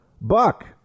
Buck